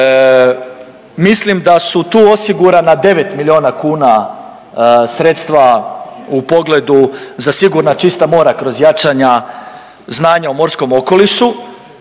Mislim da su tu osigurana devet milijuna kuna sredstva u pogledu za sigurna čista mora kroz jačanja znanja o morskom okolišu,